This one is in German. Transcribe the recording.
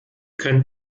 können